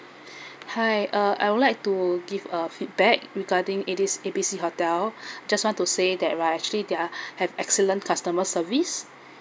hi uh I would like to give a feedback regarding it is A B C hotel just want to say that right I actually they're have excellent customer service